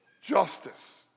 Justice